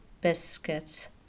biscuits